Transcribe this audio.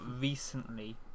recently